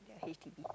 H_D_B